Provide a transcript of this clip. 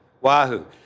wahoo